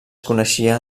coneixia